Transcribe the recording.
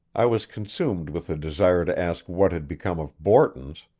i was consumed with the desire to ask what had become of borton's,